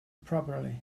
properly